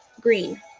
green